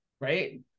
right